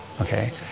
Okay